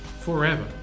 forever